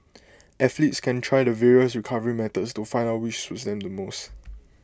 athletes can try the various recovery methods to find out which suits them the most